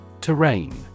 Terrain